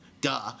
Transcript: duh